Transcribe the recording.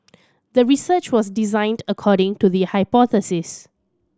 the research was designed according to the hypothesis